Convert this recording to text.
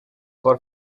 for